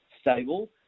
stable